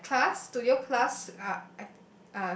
or like class studio class uh